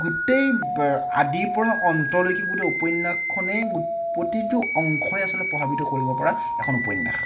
গোটেই আদিৰ পৰা অন্তলৈকে গোটেই উপন্যাসখনেই প্ৰতিটো অংশই আচলতে প্ৰভাৱিত কৰিব পৰা এখন উপন্যাস